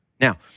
Now